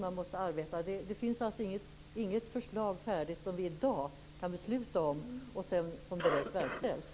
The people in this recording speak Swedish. Men det finns alltså inget förslag färdigt som vi i dag kan fatta beslut om och som direkt verkställs.